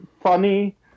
funny